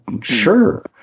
Sure